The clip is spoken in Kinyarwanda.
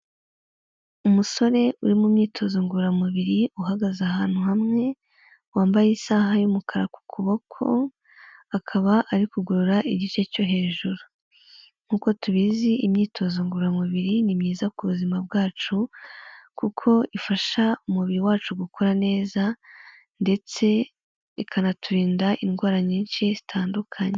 Umusore uri mu myitozo ngororamubiri uhagaze ahantu hamwe wambaye isaha y'umukara ku kuboko, akaba ari kugorora igice cyo hejuru .Nk'uko tubizi imyitozo ngororamubiri ni myiza ku buzima bwacu kuko ifasha umubiri wacu gukora neza ndetse ikanaturinda indwara nyinshi zitandukanye.